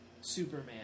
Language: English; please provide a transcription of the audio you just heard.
Superman